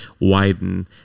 widen